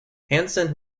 hanson